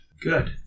Good